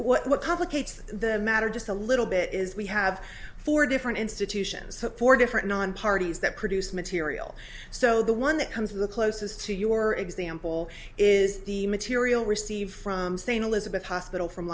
but what complicates the matter just a little bit is we have four different institutions four different non parties that produce material so the one that comes the closest to your example is the material received from st elizabeth hospital from